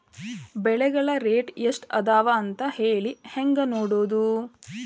ಬೆಳೆಗಳ ರೇಟ್ ಎಷ್ಟ ಅದ ಅಂತ ಹೇಳಿ ಹೆಂಗ್ ನೋಡುವುದು?